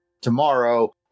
tomorrow